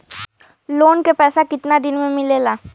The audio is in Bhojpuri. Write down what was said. लोन के पैसा कितना दिन मे मिलेला?